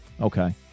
Okay